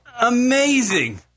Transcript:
Amazing